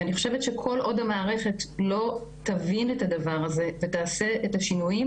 ואני חושבת שכל עוד המערכת לא תבין את הדבר הזה ותעשה את השינויים,